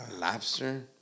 Lobster